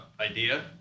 idea